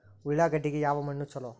ಉಳ್ಳಾಗಡ್ಡಿಗೆ ಯಾವ ಮಣ್ಣು ಛಲೋ?